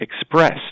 expressed